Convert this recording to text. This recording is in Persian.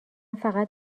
فقط